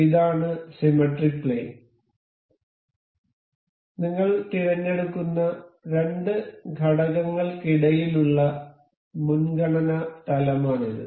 ഇതാണ് symmetric plane നിങ്ങൾ തിരഞ്ഞെടുക്കുന്ന രണ്ട് ഘടകങ്ങൾക്കിടയിലുള്ള മുൻഗണനാ തലമാണിത്